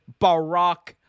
Barack